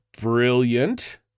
brilliant